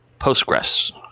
postgres